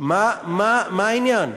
מה העניין?